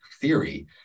theory